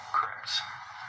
Correct